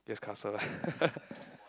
just castle